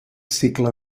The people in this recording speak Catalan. cicle